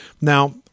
Now